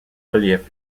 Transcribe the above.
reliefs